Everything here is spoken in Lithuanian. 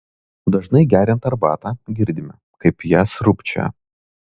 dažnai geriant arbatą girdime kaip ją sriubčioja